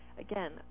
again